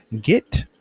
Get